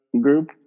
group